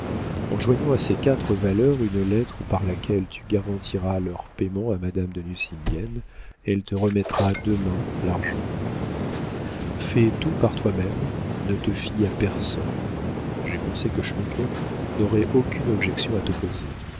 en joignant à ces quatre valeurs une lettre par laquelle tu garantiras leur paiement à madame de nucingen elle te remettra demain l'argent fais tout par toi-même ne te fie à personne j'ai pensé que schmuke n'aurait aucune objection à t'opposer